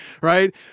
right